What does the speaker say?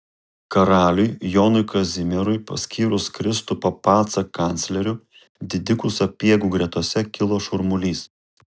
karaliui jonui kazimierui paskyrus kristupą pacą kancleriu didikų sapiegų gretose kilo šurmulys